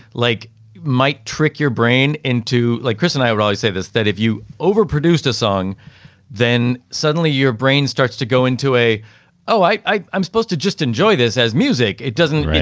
like might trick your brain into like chris. and i would always say this, that if you overproduced a song then suddenly your brain starts to go into a oh, i'm supposed to just enjoy this as music. it doesn't.